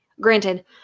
Granted